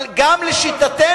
אבל גם לשיטתנו,